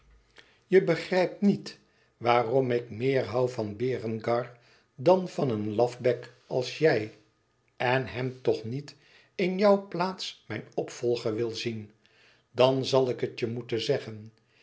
je begrijpt niet waarom ik meer hoû van berengar dan van een lafbek als jij en hem toch niet in jouw plaats mijn opvolger wil zien dan zal ik het je moeten zeggen